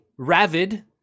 Ravid